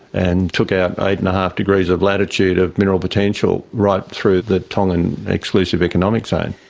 and took out eight and a half degrees of latitude of mineral potential, right through the tongan exclusive economic zone.